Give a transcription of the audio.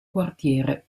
quartiere